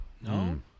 No